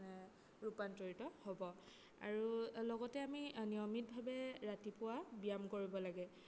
মানে ৰূপান্তৰিত হ'ব আৰু লগতে আমি নিয়মিতভাৱে ৰাতিপুৱা ব্যায়াম কৰিব লাগে